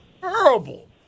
terrible